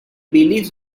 believes